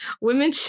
women